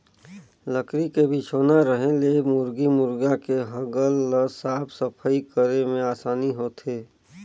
लकरी के बिछौना रहें ले मुरगी मुरगा के हगल ल साफ सफई करे में आसानी होथे